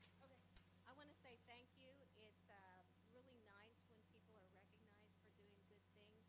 i want to say thank you. it's really nice when people are recognized for doing good things,